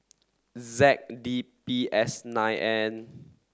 Z D B S nine N